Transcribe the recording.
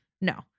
No